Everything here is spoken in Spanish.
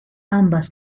ambas